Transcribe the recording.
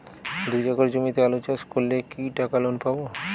দুই একর জমিতে আলু চাষ করলে কি টাকা লোন পাবো?